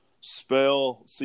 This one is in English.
Spell